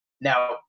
Now